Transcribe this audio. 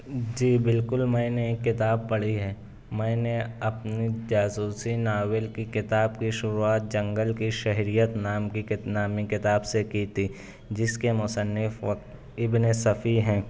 جی بالکل میں نے ایک کتاب پڑھی ہے میں نے اپنی جاسوسی ناول کی کتاب کی شروعات جنگل کی شہریت نام کی نام کی نامی کتاب سے کی تھی جس کے مصنف وک ابن صفی ہیں